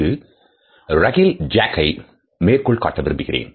இங்கு Rachael Jackஐ மேற்கோள் காட்ட விரும்புகிறேன்